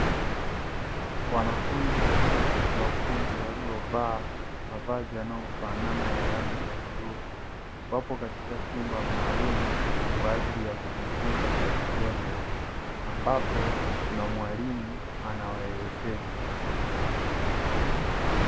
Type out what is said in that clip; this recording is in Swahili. Wanafunzi katika chuo cha ufundi waliovaa mavazi yanayofanana ya rangi ya bluu, wapo katika chumba maalumu kwa ajili ya kujifunza kwa vitendo ambapo kuna mwalimu anawaelekeza.